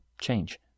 change